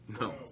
No